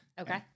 Okay